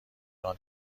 آنها